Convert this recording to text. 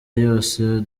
yose